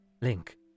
Link